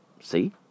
See